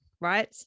right